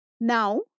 Now